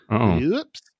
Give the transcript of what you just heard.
Oops